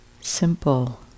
simple